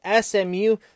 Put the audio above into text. SMU